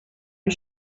you